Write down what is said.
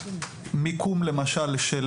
מיקום למשל של